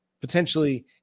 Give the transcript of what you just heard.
potentially